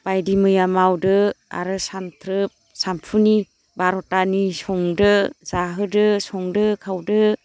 बायदि मैया मावदो आरो सानथ्रोब सामफुनि बार'थानि संदो जाहोदो संदो खावदो